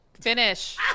Finish